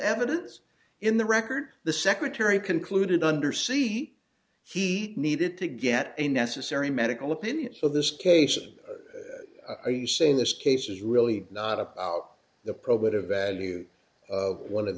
evidence in the record the secretary concluded under see he needed to get a necessary medical opinion so this case are you saying this case is really not about the probative value of one of